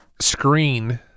screen